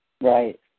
Right